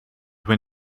when